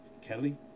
Kelly